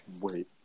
wait